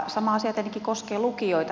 sama asia tietenkin koskee lukioita